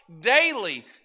daily